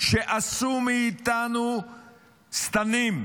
שעשו מאיתנו שטנים,